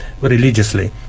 religiously